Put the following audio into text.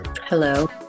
Hello